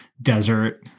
desert